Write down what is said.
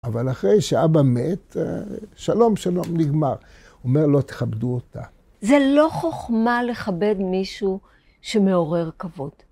אבל אחרי שאבא מת, שלום שלום נגמר. הוא אומר, לא תכבדו אותה. זה לא חוכמה לכבד מישהו שמעורר כבוד.